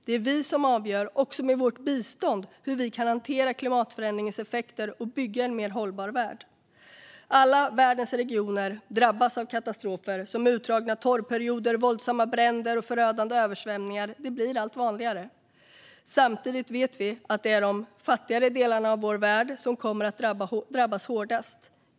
Det är vi som avgör, också med vårt bistånd, hur vi kan hantera klimatförändringens effekter och bygga en mer hållbar värld. Alla världens regioner drabbas av katastrofer som utdragna torrperioder, våldsamma bränder och förödande översvämningar. Det blir allt vanligare. Samtidigt vet vi att det är de fattigare delarna av vår värld som kommer att drabbas hårdast.